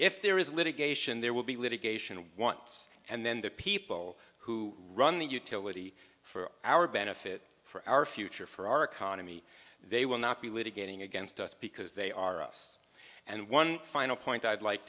if there is litigation there will be litigation and wants and then the people who run the utility for our benefit for our future for our economy they will not be litigating against us because they are us and one final point i'd like